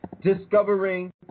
discovering